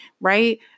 right